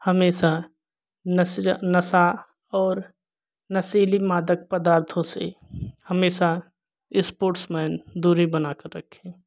हमेशा नसीरा नशा और नशीले मादक पदार्थों से हमेशा ईस्पोर्ट्समैन दूरी बना कर रखे